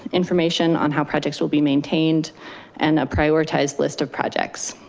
information on how projects will be maintained and a prioritized list of projects.